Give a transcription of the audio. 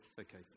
Okay